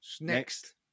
Next